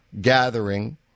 gathering